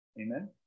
Amen